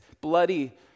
bloody